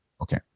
Okay